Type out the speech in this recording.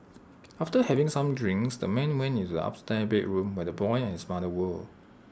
after having some drinks the man went into the upstairs bedroom where the boy and his mother were